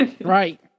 Right